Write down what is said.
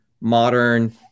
modern